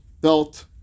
belt